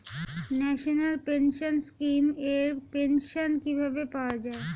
National pension scheme এর pension কিভাবে পাওয়া যায়?